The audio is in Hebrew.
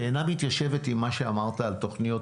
שאינה מתיישבת עם מה שאמרת על תוכניות